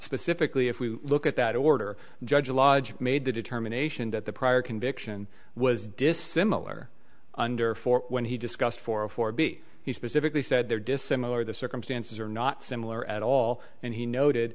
specifically if we look at that order judge lodge made the determination that the prior conviction was dissimilar under four when he discussed four or four b he specifically said there dissimilar the circumstances are not similar at all and he noted